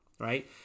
right